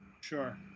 Sure